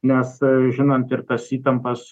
nes žinant ir tas įtampas